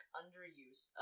underuse